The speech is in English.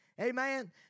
Amen